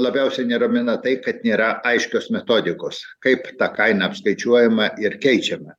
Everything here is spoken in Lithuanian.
labiausiai neramina tai kad nėra aiškios metodikos kaip ta kaina apskaičiuojama ir keičiama